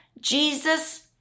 Jesus